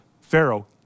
Pharaoh